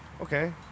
okay